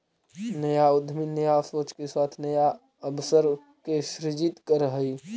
नया उद्यमी नया सोच के साथ नया अवसर के सृजित करऽ हई